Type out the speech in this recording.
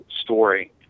story